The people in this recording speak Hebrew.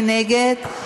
מי נגד?